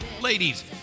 Ladies